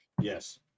Yes